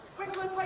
wickliffe